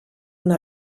una